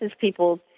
people